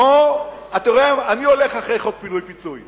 הצעה לסדר-היום שמספרה